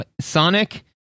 Sonic